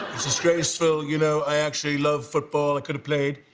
disgraceful. you know i actually love football i could've played.